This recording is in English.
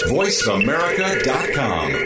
voiceamerica.com